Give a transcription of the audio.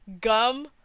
Gum